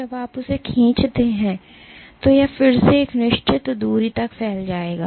जब आप इसे खींचते हैं तो यह फिर से एक निश्चित दूरी तक फैल जाएगा